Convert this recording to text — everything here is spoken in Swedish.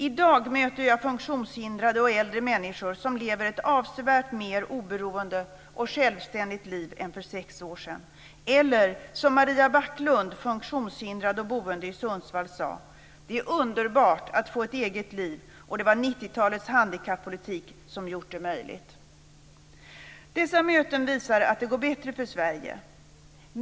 I dag möter jag funktionshindrade och äldre människor som lever ett avsevärt mer oberoende och självständigt liv än för sex år sedan. Eller, som Maria Backlund, funktionshindrad och boende i Sundsvall, sade: Det är underbart att få ett eget liv och det är 90 talets handikappolitik som gjort det möjligt. Dessa möten visar att det går bättre för Sverige.